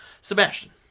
Sebastian